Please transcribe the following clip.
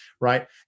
right